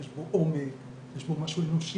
יש בו עומק, יש בו משהו אנושי,